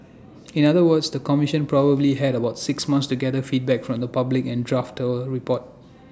in other words the commission probably had about six months to gather feedback from the public and draft A report